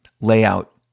layout